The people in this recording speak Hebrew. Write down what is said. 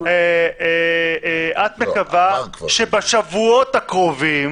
את מקווה שבשבועות הקרובים